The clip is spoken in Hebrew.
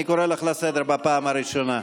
אני קורא אותך לסדר בפעם הראשונה.